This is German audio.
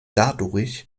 dadurch